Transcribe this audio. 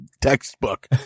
Textbook